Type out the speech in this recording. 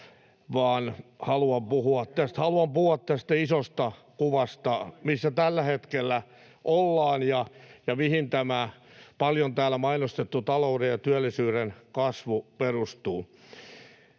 vaan haluan puhua tästä isosta kuvasta, missä tällä hetkellä ollaan ja mihin tämä paljon täällä mainostettu talouden ja työllisyyden kasvu perustuu.